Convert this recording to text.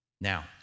Now